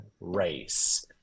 race